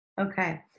Okay